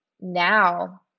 now